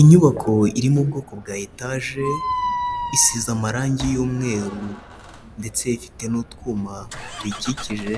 Inyubako iri mu ubwoko bwa etaje, isize amarangi y'umweru ndetse ifite n'utwuma tuyikikije,